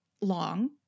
long